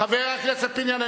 חבר הכנסת פיניאן,